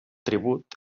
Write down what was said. tribut